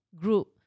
group